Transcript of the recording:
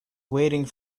waiting